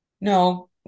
No